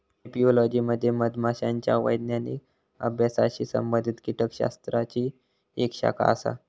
apiology म्हणजे मधमाशांच्या वैज्ञानिक अभ्यासाशी संबंधित कीटकशास्त्राची एक शाखा आसा